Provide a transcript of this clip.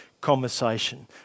Conversation